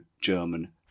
German